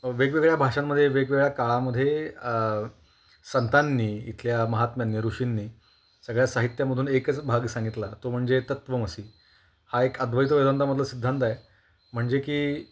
वेगवेगळ्या भाषांमधे वेगवेगळ्या काळामध्ये संतांनी इथल्या महात्म्यांंनी ऋषिंनी सगळ्या साहित्यामधून एकच भाग सांगितला तो म्हणजे तत्त्वमसी हा एक अद्वैत वेदांतामधला सिद्धांत आहे म्हणजे की